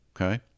okay